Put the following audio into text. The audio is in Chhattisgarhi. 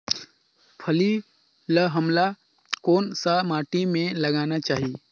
फल्ली ल हमला कौन सा माटी मे लगाना चाही?